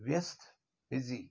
व्यस्त बिज़ी